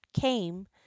CAME